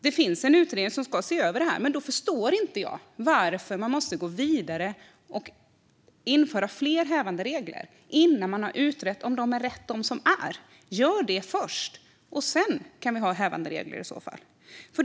Det finns en utredning som ska se över detta, men då förstår inte jag varför man måste gå vidare och införa fler hävanderegler innan man har utrett om de som finns är rätt. Gör det först, så kan vi sedan ha hävanderegler i så fall.